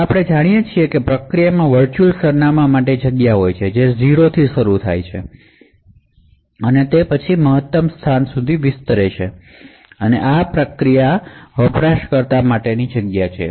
હવે આપણે જાણીએ છીએ કે પ્રોસેસમાં વર્ચુઅલ સરનામાંની જગ્યા હોય છે જે 0 થી શરૂ થાય છે અને પછી મહત્તમ સ્થાન સુધી વિસ્તરે છે આ પ્રોસેસની યુઝર સ્પેસ છે